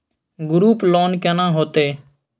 Group loan केना होतै?